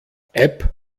app